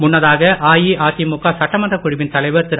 முன்னதாக அஇஅதிமுக சட்டமன்றக் குழுவின் தலைவர் திரு